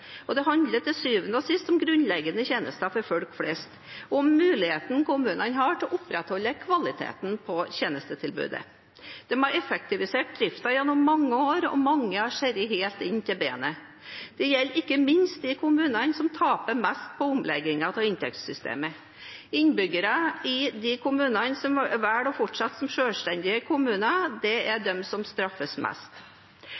Det handler til syvende og sist om grunnleggende tjenester for folk flest og mulighetene kommunene har til å opprettholde kvaliteten på tjenestetilbudet. De har effektivisert driften gjennom mange år, og mange har skåret helt inn til beinet. Det gjelder ikke minst de kommunene som taper mest på omleggingen av inntektssystemet. Innbyggere i de kommunene som velger å fortsette som selvstendige kommuner, er